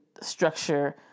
structure